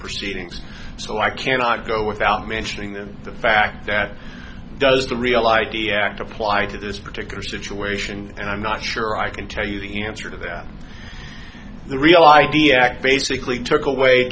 proceedings so i cannot go without mentioning them the fact that does the real i d act apply to this particular situation and i'm not sure i can tell you the answer to that the real i d act basically took away